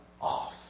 off